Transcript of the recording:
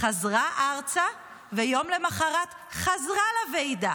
חזרה ארצה, ויום למוחרת חזרה לוועידה?